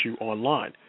online